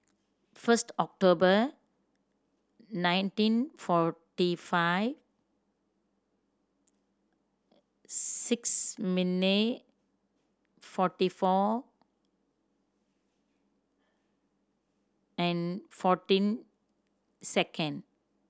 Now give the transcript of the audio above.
first October nineteen forty five six minute forty four and fourteen second